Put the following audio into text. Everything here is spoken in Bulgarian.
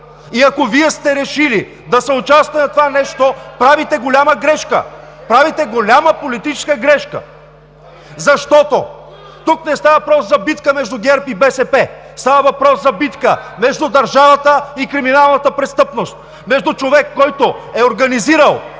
И ако Вие сте решили да съучаствате в това нещо, правите голяма политическа грешка, защото тук не става въпрос за битка между ГЕРБ и БСП, а става въпрос за битка между държавата и криминалната престъпност, и между човек, който е организирал